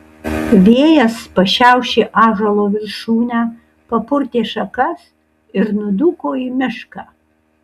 vėjas pašiaušė ąžuolo viršūnę papurtė šakas ir nudūko į mišką